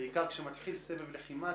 בעיקר כשמתחיל סבב לחימה,